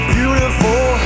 beautiful